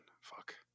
Fuck